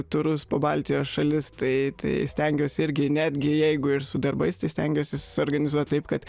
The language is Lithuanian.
turus po baltijos šalis tai tai stengiuosi irgi netgi jeigu ir su darbais tai stengiuosi susiorganizuoti taip kad